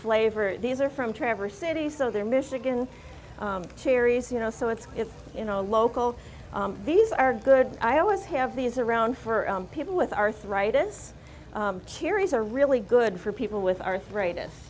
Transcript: flavor these are from traverse city so they're michigan cherries you know so it's it's you know local these are good i always have these around for people with arthritis cure is a really good for people with arthritis